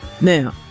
Now